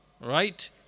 right